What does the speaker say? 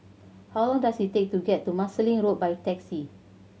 how long does it take to get to Marsiling Road by taxi